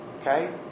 Okay